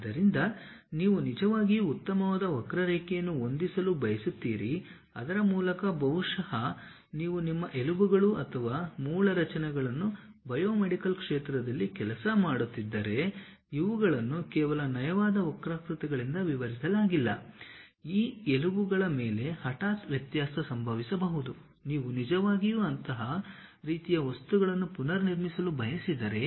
ಆದ್ದರಿಂದ ನೀವು ನಿಜವಾಗಿಯೂ ಉತ್ತಮವಾದ ವಕ್ರರೇಖೆಯನ್ನು ಹೊಂದಿಸಲು ಬಯಸುತ್ತೀರಿ ಅದರ ಮೂಲಕ ಬಹುಶಃ ನೀವು ನಿಮ್ಮ ಎಲುಬುಗಳು ಅಥವಾ ಮೂಳೆ ರಚನೆಗಳನ್ನು ಬಯೋಮೆಡಿಕಲ್ ಕ್ಷೇತ್ರದಲ್ಲಿ ಕೆಲಸ ಮಾಡುತ್ತಿದ್ದರೆ ಇವುಗಳನ್ನು ಕೇವಲ ನಯವಾದ ವಕ್ರಾಕೃತಿಗಳಿಂದ ವಿವರಿಸಲಾಗಿಲ್ಲ ಈ ಎಲುಬುಗಳ ಮೇಲೆ ಹಠಾತ್ ವ್ಯತ್ಯಾಸ ಸಂಭವಿಸಬಹುದು ನೀವು ನಿಜವಾಗಿಯೂ ಅಂತಹ ರೀತಿಯ ವಸ್ತುಗಳನ್ನು ಪುನರ್ನಿರ್ಮಿಸಲು ಬಯಸಿದರೆ